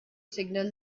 signal